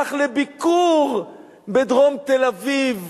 והלך לביקור בדרום תל-אביב: